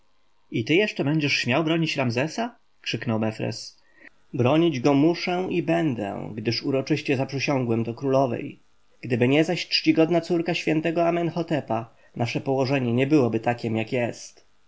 i ty jeszcze będziesz śmiał bronić ramzesa krzyknął mefres bronić go muszę i będę gdyż uroczyście zaprzysiągłem to królowej gdyby zaś nie czcigodna córka świętego amenhotepa nasze położenie nie byłoby takiem jak jest